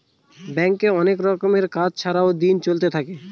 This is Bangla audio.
ব্যাঙ্কে অনেক রকমের কাজ ছাড়াও দিন চলতে থাকে